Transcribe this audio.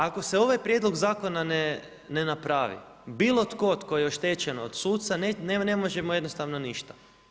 Ako se ovaj prijedlog zakona ne napravi, bilo tko tko je oštećen od suca, ne može mu jednostavno ništa.